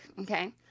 okay